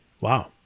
Wow